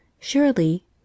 Surely